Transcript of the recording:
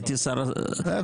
הייתי השר המקשר,